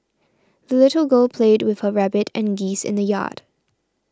the little girl played with her rabbit and geese in the yard